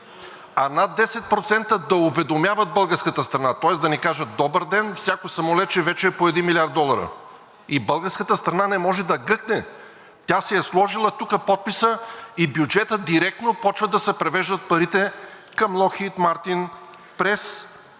а над 10% да уведомяват българската страна, тоест да ни кажат: Добър ден! Всяко самолетче е вече по 1 млрд. долара. И българската страна не може да гъкне, тя си е сложила тук подписа и от бюджета директно започват да се превеждат парите към „Логхийд Мартин“ през